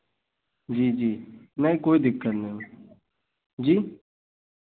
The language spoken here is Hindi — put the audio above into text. जी जी नहीं कोई दिक्कत नहीं जी